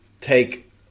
take